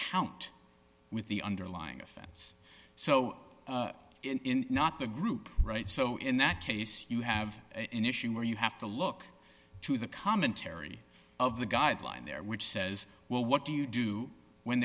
count with the underlying offense so in not the group right so in that case you have an issue where you have to look to the commentary of the guideline there which says well what do you do when